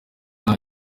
nta